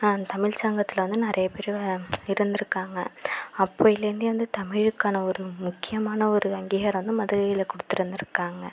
அந்த தமிழ் சங்கத்தில் வந்து நிறைய பேர் இருந்துருக்காங்க அப்போயிலந்தே வந்து தமிழுக்கான ஒரு முக்கியமான ஒரு அங்கீகாரம் வந்து மதுரையில் கொடுத்துருந்திருக்காங்க